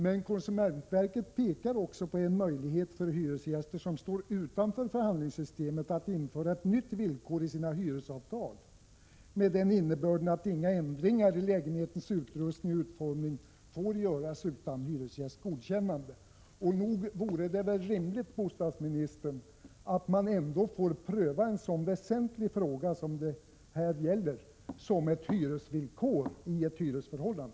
Men konsumentverket pekar också på möjligheten för hyresgäster som står utanför förhandlingssystemet att införa ett nytt villkor i sina hyresavtal, med den innebörden att inga ändringar i lägenhetens utrustning och utformning får göras utan hyresgästs godkännande. Nog vore det rimligt, bostadsministern, att man ändå får pröva en så väsentlig fråga som det här gäller som ett hyresvillkor i ett hyresförhållande.